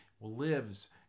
lives